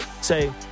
say